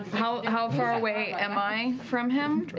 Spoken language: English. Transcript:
how how far away am i from him?